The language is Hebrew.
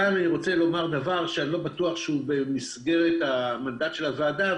עכשיו אני רוצה לומר דבר שאני לא בטוח שהוא במסגרת המנדט של הוועדה,